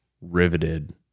riveted